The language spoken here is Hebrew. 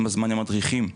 עם הזמן הם מדריכים.